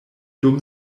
dum